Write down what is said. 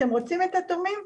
אתם רוצים את התורמים?